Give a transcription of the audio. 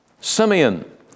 Simeon